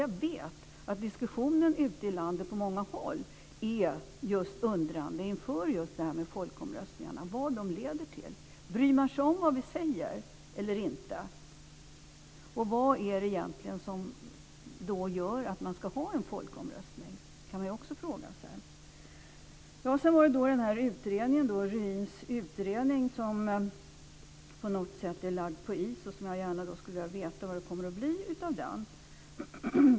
Jag vet att folk i diskussionen ute i landet på många håll står undrande inför detta med folkomröstningar. Vad leder de till? Bryr man sig om vad vi säger eller inte? Man kan också fråga sig vad det är som gör att vi ska ha en folkomröstning. Ruins utredning verkar vara lagd på is, och jag skulle vilja veta vad det kommer att bli av den.